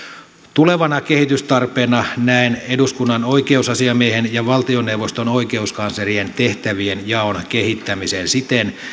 tulevana kehitystarpeena näen eduskunnan oikeusasiamiehen ja valtioneuvoston oikeuskanslerin tehtävienjaon kehittämisen siten